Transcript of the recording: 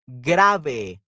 grave